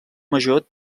major